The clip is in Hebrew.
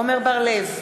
עמר בר-לב,